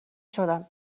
شدن